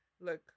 look